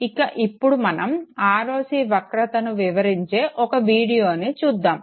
ఇక ఇప్పుడు మనం ROC వక్రతను వివరించే ఒక వీడియోను చూద్దాము